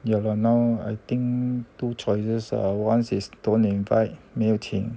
ya lor now I think two choices are one is don't invite 没有请